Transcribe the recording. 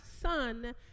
son